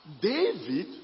David